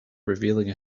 revealing